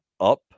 up